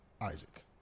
Isaac